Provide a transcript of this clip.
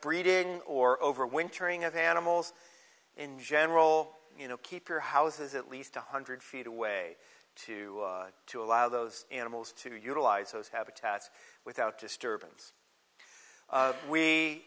breeding or overwintering of animals in general you know keep your houses at least one hundred feet away to to allow those animals to utilize those habitats without disturbance we we